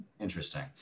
Interesting